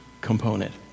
component